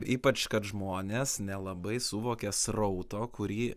ypač kad žmonės nelabai suvokia srauto kurį